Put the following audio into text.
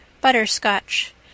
butterscotch